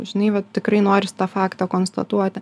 žinai vat tikrai noris tą faktą konstatuoti